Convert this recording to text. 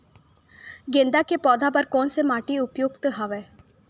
गेंदा के पौधा बर कोन से माटी उपयुक्त हवय?